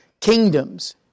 kingdoms